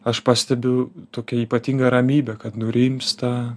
aš pastebiu tokia ypatinga ramybė kad nurimsta